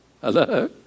Hello